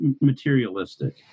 materialistic